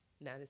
Now